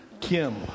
Kim